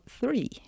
three